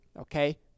okay